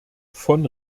von